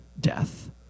death